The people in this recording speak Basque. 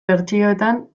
bertsioetan